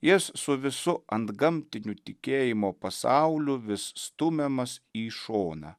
jis su visu antgamtiniu tikėjimo pasauliu vis stumiamas į šoną